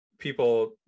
People